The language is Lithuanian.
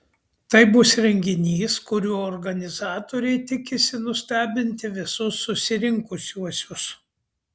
tai bus renginys kuriuo organizatoriai tikisi nustebinti visus susirinkusiuosius